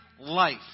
life